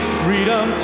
freedom